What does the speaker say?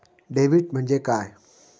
Debit म्हणजे काय?